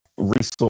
resource